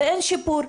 אין שיפור,